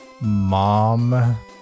Mom